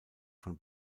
von